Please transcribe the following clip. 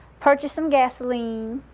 purchased some gasoline,